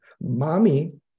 mommy